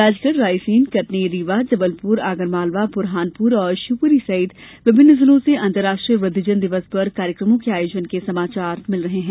राजगढ़ रायसेन कटनी रीवा जबलप्र आगरमालवा बुरहानपुर और शिवपुरी सहित विभिन्न जिलों से अंतर्राष्ट्रीय वृद्वजन दिवस पर कार्यक्रमों के आयोजन के समाचार मिल रहे हैं